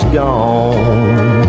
gone